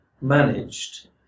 managed